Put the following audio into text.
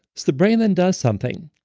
so the brain then does something.